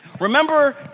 Remember